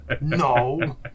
No